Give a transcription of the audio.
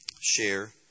share